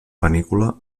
panícula